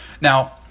now